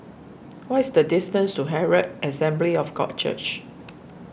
what is the distance to Herald Assembly of God Church